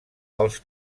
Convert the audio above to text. els